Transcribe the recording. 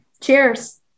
cheers